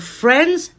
friends